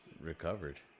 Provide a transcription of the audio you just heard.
recovered